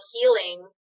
healing